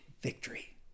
victory